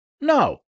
no